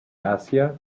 asia